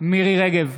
מירי מרים רגב,